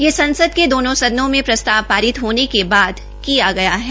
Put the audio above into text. यह संसद ने दोनों सदनों में प्रस्ताव पारित होने के बाद किया गया है